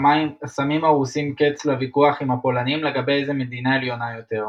שמים הרוסים קץ לוויכוח עם הפולנים לגבי איזה מדינה עליונה יותר.